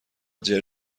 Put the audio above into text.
جـر